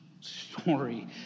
story